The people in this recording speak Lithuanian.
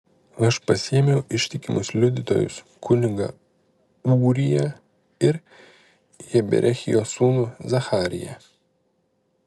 aš pasiėmiau ištikimus liudytojus kunigą ūriją ir jeberechijo sūnų zachariją